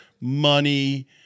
money